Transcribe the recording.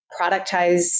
productize